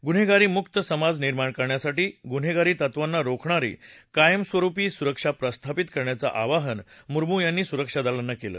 गुन्हेगारी मुक्त् समाज निर्माण करण्यासाठी गुन्हेगारी तत्वांना रोखणारी कायमस्वरूपी सुरक्षा प्रस्थापित करण्यांच आवाहन मुर्मू यांनी सुरक्षा दलांना केलं